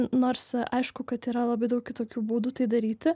nors aišku kad yra labai daug kitokių būdų tai daryti